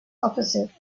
opposite